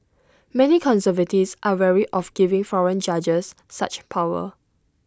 many conservatives are wary of giving foreign judges such power